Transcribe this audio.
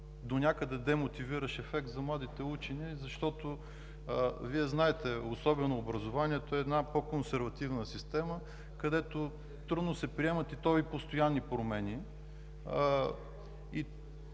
да има демотивиращ ефект за младите учени. Вие знаете, образованието е една по-консервативна система, където трудно се приемат постоянни промени.